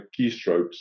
keystrokes